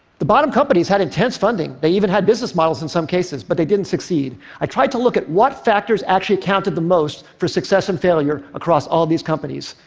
the bottom companies had intense funding, they even had business models in some cases, but they didn't succeed. i tried to look at what factors actually accounted the most for success and failure across all of these companies,